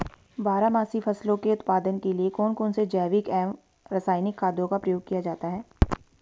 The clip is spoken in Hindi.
बारहमासी फसलों के उत्पादन के लिए कौन कौन से जैविक एवं रासायनिक खादों का प्रयोग किया जाता है?